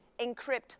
Encrypt